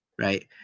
Right